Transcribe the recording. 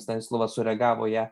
stanislovas sureagavo į ją